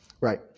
Right